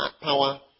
power